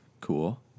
cool